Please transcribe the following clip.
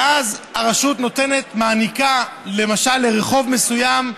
ואז הרשות נותנת, מעניקה, למשל לרחוב מסוים,